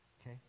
Okay